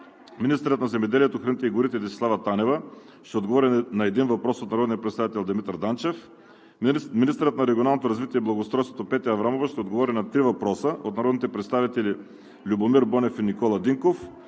Министърът на земеделието, храните и горите Десислава Танева ще отговори на един въпрос от народния представител Димитър Данчев. 7. Министърът на регионалното развитие и благоустройството Петя Аврамова ще отговори на три въпроса от народните представители Любомир Бонев и Никола Динков;